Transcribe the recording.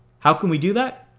how can we do that?